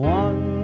one